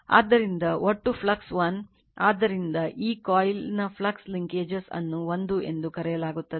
ಆದ್ದರಿಂದ ಒಟ್ಟು ಫ್ಲಕ್ಸ್ 1 ಆದ್ದರಿಂದ ಈ coil ನ flux linkages ಅನ್ನು 1 ಎಂದು ಕರೆಯಲಾಗುತ್ತದೆ